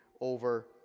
over